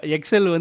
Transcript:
Excel